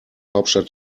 hauptstadt